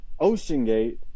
Oceangate